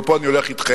אבל פה אני הולך אתכם,